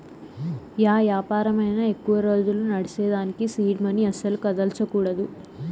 yeah యాపారమైనా ఎక్కువ రోజులు నడ్సేదానికి సీడ్ మనీ అస్సల కదల్సకూడదు